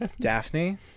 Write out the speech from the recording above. daphne